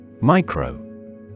Micro